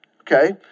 okay